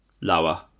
Lower